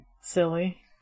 Silly